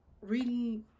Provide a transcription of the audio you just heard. reading